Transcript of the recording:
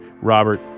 Robert